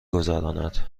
گذراند